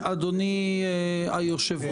במקום לבוא באומץ וביושרה לציבור הישראלי ולנבחרי